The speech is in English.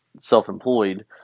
self-employed